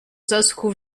засуху